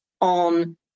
on